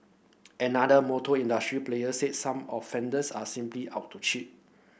another motor industry player said some offenders are simply out to cheat